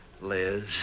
Liz